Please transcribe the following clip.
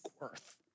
worth